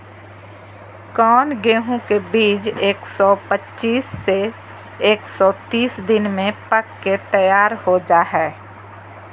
कौन गेंहू के बीज एक सौ पच्चीस से एक सौ तीस दिन में पक के तैयार हो जा हाय?